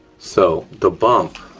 so the bump